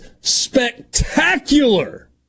spectacular